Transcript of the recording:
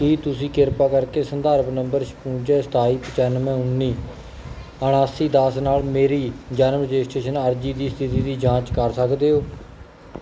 ਕੀ ਤੁਸੀਂ ਕਿਰਪਾ ਕਰਕੇ ਸੰਦਰਭ ਨੰਬਰ ਛਪੰਜਾ ਸਤਾਈ ਪਚਾਨਵੇਂ ਉੱਨੀ ਉਣਾਸੀ ਦਸ ਨਾਲ ਮੇਰੀ ਜਨਮ ਰਜਿਸਟ੍ਰੇਸ਼ਨ ਅਰਜ਼ੀ ਦੀ ਸਥਿਤੀ ਦੀ ਜਾਂਚ ਕਰ ਸਕਦੇ ਹੋ